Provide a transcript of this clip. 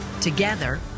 Together